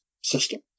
system